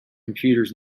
computers